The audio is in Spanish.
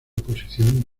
posición